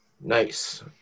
nice